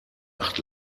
acht